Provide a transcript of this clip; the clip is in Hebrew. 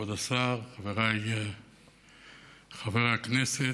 כבוד השר, חבריי חברי הכנסת,